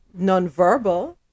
Nonverbal